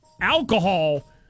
alcohol